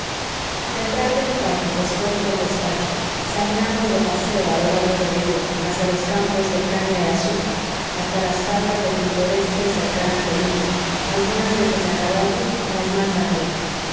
de tarde en tarde después del despacho salíamos de paseo a lo largo del río hacia los campos de caña de azúcar hasta las faldas de pintoresca y cercana colina algunas veces a acaballo las más a pie